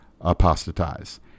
apostatize